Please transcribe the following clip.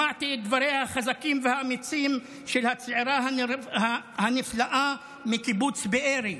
שמעתי את דבריה החזקים והאמיצים של הצעירה הנפלאה מקיבוץ בארי,